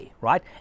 right